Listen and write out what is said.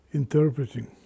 interpreting